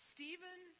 Stephen